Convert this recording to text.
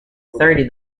thirty